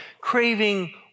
craving